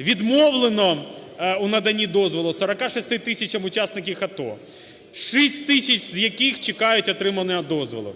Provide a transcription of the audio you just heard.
Відмовлено у наданні дозволу 46 тисяч учасників АТО, 6 тисяч з яких чекають отриманого дозволу.